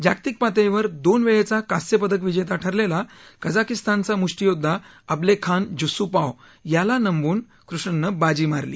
जागतिक पातळीवर दोन वेळा कांस्य पदक विजेता ठरलेला कझाकस्तानचा मुष्टियोद्धा अब्लेखान झुस्सुपॉव याला नमवून कृष्णननं बाजी मारली